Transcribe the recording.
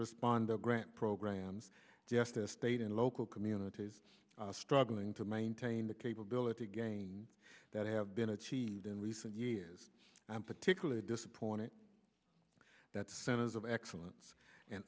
responder grant programs yes to state and local communities struggling to maintain the capability again that have been achieved in recent years i'm particularly disappointed that centers of excellence and